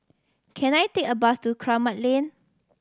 can I take a bus to Kramat Lane